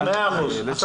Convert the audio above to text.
מעניין.